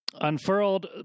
unfurled